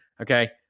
okay